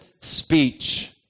speech